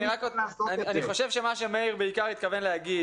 אני חושב שמה שחבר הכנסת מאיר כהן התכוון להגיד